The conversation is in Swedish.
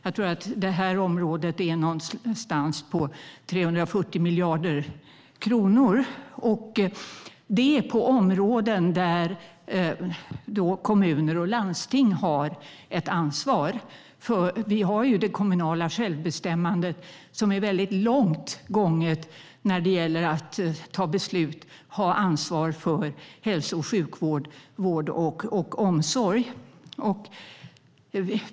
Jag tror att det här området berör ungefär 340 miljarder kronor. Kommuner och landsting har här ett ansvar. Det kommunala självbestämmandet är väldigt långt gånget när det gäller att ta beslut och ha ansvar för hälso och sjukvård, för vård och omsorg.